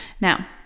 Now